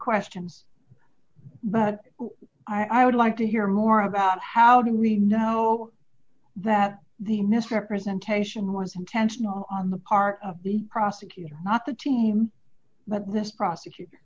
questions but i would like to hear more about how do we know that the misrepresentation was intentional on the part of the prosecutor not the team that this prosecutor